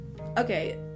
okay